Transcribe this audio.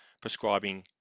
prescribing